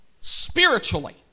spiritually